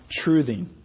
truthing